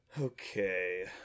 Okay